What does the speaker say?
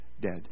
dead